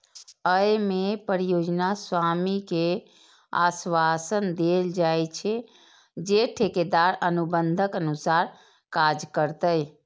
अय मे परियोजना स्वामी कें आश्वासन देल जाइ छै, जे ठेकेदार अनुबंधक अनुसार काज करतै